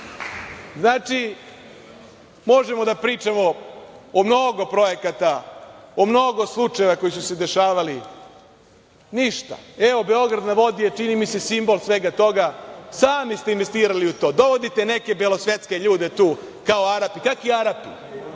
mislio. Možemo da pričamo o mnogo projekata, o mnogo slučajeva koji su se dešavali, ništa. Evo, Beograd na vodi je čini mi se simbol svega toga. Sami ste investirali u to. Dovodite neke belosvetske ljude tu, kao Arapi. Kakvi Arapi?